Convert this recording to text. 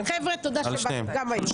חבר'ה, תודה שבאתם גם היום.